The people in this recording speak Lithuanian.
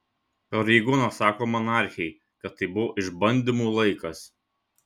pareigūnas sako monarchei kad tai buvo išbandymų laikas